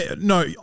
no